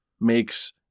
makes